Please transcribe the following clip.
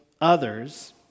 others